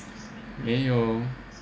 没有